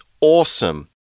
awesome